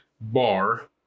bar